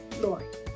Lord